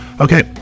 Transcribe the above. Okay